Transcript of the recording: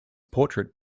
portrait